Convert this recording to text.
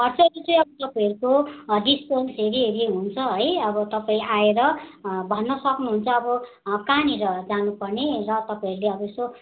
खर्चहरू चाहिँ अब तपाईँहरूको डिसट्यान्स हेरी हेरी हुन्छ है अब तपाईँ आएर भन्न सक्नुहुन्छ अब कहाँनिर जानुपर्ने र तपाईँहरूले अब यसो